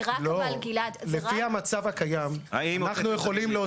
לא, לפי המצב הקיים --- האם הוצאתם צווים?